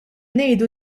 ngħidu